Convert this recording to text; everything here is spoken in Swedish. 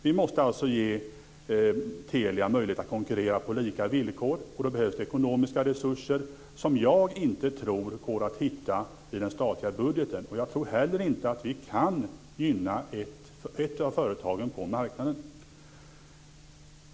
Vi måste alltså ge Telia möjlighet att konkurrera på lika villkor. Då behövs det ekonomiska resurser som jag inte tror går att hitta i den statliga budgeten. Jag tror inte heller att vi kan gynna ett av företagen på marknaden.